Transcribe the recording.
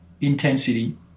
intensity